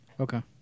Okay